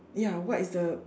ya what is the